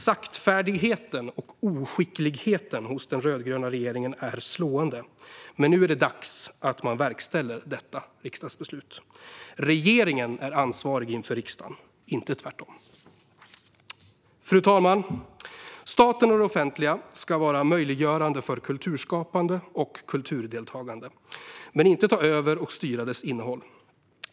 Saktfärdigheten och oskickligheten hos den rödgröna regeringen är slående, men nu är det dags att man verkställer detta riksdagsbeslut. Regeringen är ansvarig inför riksdagen, inte tvärtom. Fru talman! Staten och det offentliga ska vara möjliggörande för kulturskapande och kulturdeltagande men inte ta över och styra dess innehåll.